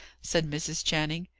said mrs. channing.